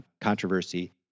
controversy